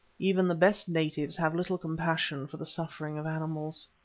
even the best natives have little compassion for the sufferings of animals.